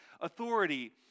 authority